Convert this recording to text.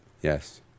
Yes